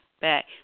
back